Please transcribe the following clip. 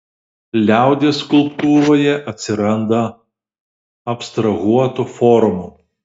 liaudies skulptūroje atsiranda abstrahuotų formų